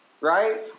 Right